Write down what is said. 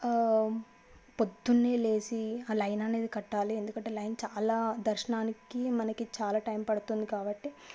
పొద్దున్న లేచి ఆ లైన్ అనేది కట్టాలి ఎందుకంటే లైన్ చాలా దర్శనానికి మనకి చాలా టైమ్ పడుతుంది కాబట్టి